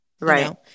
Right